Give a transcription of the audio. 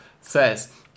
says